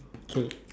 okay